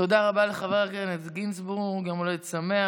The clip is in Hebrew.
תודה רבה לחבר הכנסת גינזבורג, יום הולדת שמח.